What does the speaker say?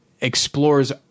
explores